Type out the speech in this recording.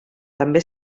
també